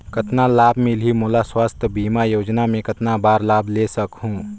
कतना लाभ मिलही मोला? स्वास्थ बीमा योजना मे कतना बार लाभ ले सकहूँ?